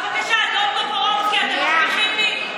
בבקשה, אדון טופורובסקי, אתם מבטיחים לי?